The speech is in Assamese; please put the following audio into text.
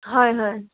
হয় হয়